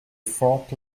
fort